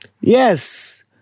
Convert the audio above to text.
Yes